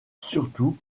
surtout